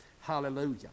Hallelujah